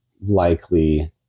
likely